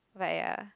like ah